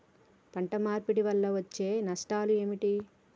పంట మార్పిడి వల్ల వచ్చే నష్టాలు ఏమిటి?